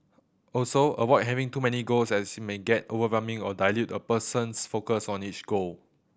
also avoid having too many goals as it may get overwhelming or dilute a person's focus on each goal